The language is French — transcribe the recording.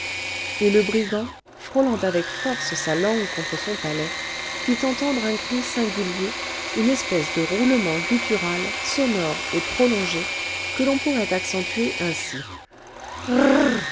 et le brigand frôlant avec force sa langue contre son palais fit entendre un cri singulier une espèce de roulement guttural sonore et prolongé que l'on pourrait accentuer ainsi